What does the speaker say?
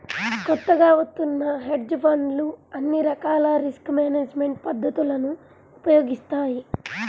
కొత్తగా వత్తున్న హెడ్జ్ ఫండ్లు అన్ని రకాల రిస్క్ మేనేజ్మెంట్ పద్ధతులను ఉపయోగిస్తాయి